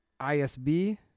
ISB